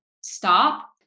stop